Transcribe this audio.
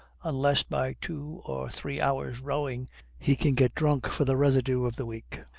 unless by two or three hours' rowing he can get drunk for the residue of the week.